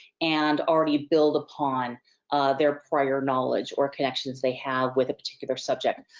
and, already build upon their prior knowledge or connections they have with a particular subject.